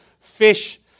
fish